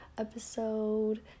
episode